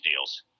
deals